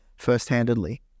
firsthandedly